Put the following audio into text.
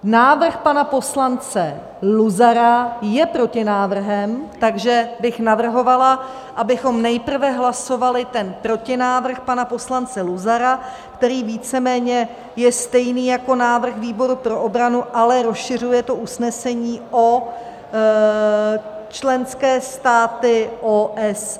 Návrh pana poslance Luzara je protinávrhem, takže bych navrhovala, abychom nejprve hlasovali ten protinávrh pana poslance Luzara, který víceméně je stejný jako návrh výboru pro obranu, ale rozšiřuje to usnesení o členské státy OSN.